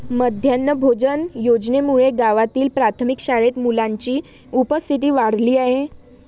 माध्यान्ह भोजन योजनेमुळे गावातील प्राथमिक शाळेत मुलांची उपस्थिती वाढली आहे